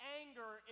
anger